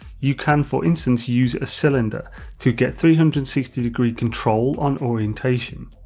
you can for instance use a cylinder to get three hundred and sixty degree control on orientation,